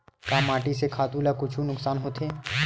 का माटी से खातु ला कुछु नुकसान होथे?